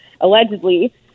allegedly